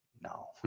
No